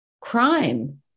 crime